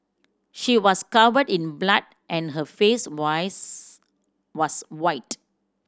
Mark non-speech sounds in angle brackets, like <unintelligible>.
she was covered in blood and her face <unintelligible> was white